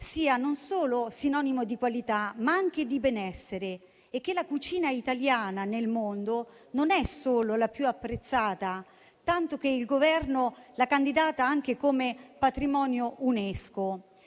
sia sinonimo non solo di qualità, ma anche di benessere e che la cucina italiana nel mondo non è solo la più apprezzata, tanto che il Governo l'ha candidata ad entrare nel patrimonio UNESCO,